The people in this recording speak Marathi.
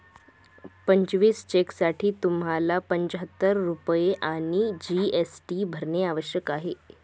पंचवीस चेकसाठी तुम्हाला पंचाहत्तर रुपये आणि जी.एस.टी भरणे आवश्यक आहे